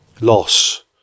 Loss